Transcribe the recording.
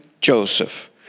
Joseph